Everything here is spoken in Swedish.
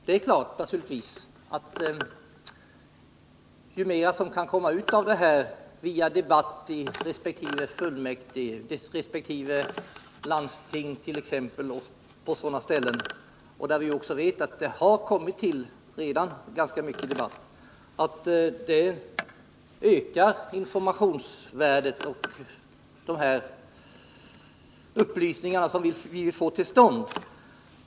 Det är klart att ju mer som kan komma ut av det häri en debatt i fullmäktige, landsting osv. — och vi vet att det redan har debatterats mycket där — desto större blir värdet av de upplysningar som vi får fram.